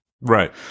Right